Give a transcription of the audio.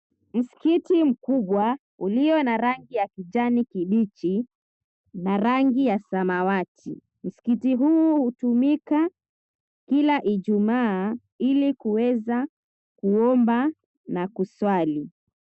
Msikiti mkubwa ulio na rangi ya kijani kibichi, na rangi ya samawati. Msikiti huu hutumika kila Ijumaa ili kuweza kuomba na kuswali.